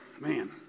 Man